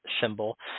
symbol